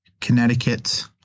Connecticut